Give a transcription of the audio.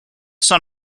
son